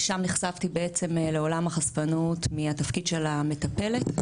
שם נחשפתי בעצם לעולם החשפנות מהתפקיד של המטפלת.